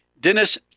Dennis